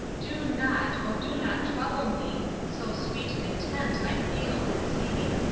do not, o do not trouble me, so sweet content i feel and see.